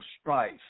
strife